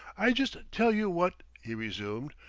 i just tell you what, he resumed,